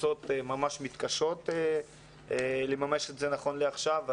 והקבוצות ממש מתקשות לממש את זה נכון לעכשיו.